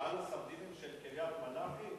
במפעל הסרדינים של קריית-מלאכי?